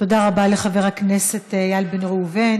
תודה רבה לחבר הכנסת איל בן ראובן.